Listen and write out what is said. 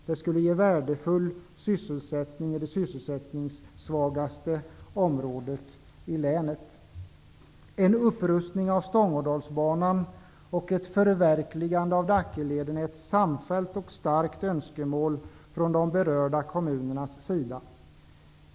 Det skulle ge värdefull sysselsättning i det sysselsättningssvagaste området i länet. En upprustning av Stångådalsbanan och ett förverkligande av Dackeleden är ett samfällt och starkt önskemål från de berörda kommunernas sida.